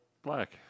Black